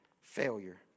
failure